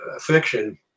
fiction